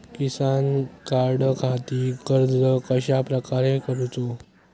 किसान कार्डखाती अर्ज कश्याप्रकारे करूचो?